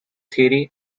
theory